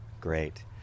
Great